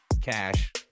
Cash